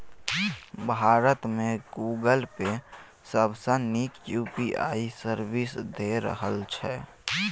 भारत मे Google Pay सबसँ नीक यु.पी.आइ सर्विस दए रहल छै